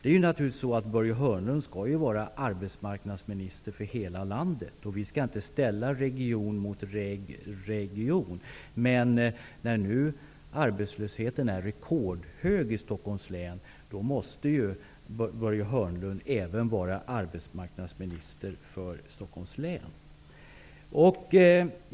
Börje Hörnlund skall naturligtvis vara arbetsmarknadsminister för hela landet, och vi skall inte ställa region mot region. Men när arbetslösheten nu är rekordhög i Stockholms län, måste Börje Hörnlund även vara arbetsmarknadsminister för Stockholms län.